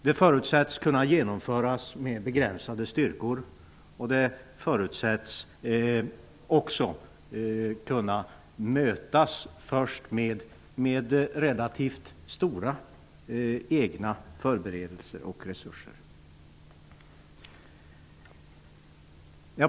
Det förutsätts kunna genomföras med begränsade styrkor, och det förutsätts också kunna mötas enbart med relativt stora egna förberedelser och resurser.